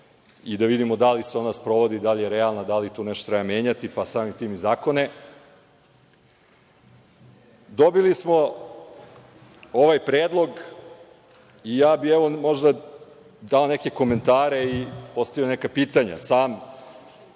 i da vidimo da li se ona sprovodi, da li je realna, da li tu nešto treba menjati pa samim tim i zakone. Dobili smo ovaj predlog i ja bih dao neke komentare i postavio neka pitanja.